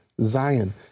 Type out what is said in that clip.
Zion